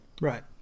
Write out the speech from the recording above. Right